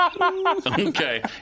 Okay